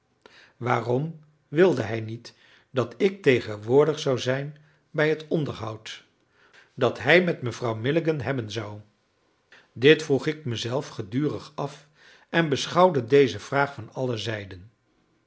waarom wilde hij niet dat ik tegenwoordig zou zijn bij het onderhoud dat hij met mevrouw milligan hebben zou dit vroeg ik mezelf gedurig af en beschouwde deze vraag van alle zijden